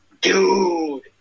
Dude